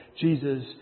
Jesus